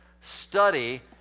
study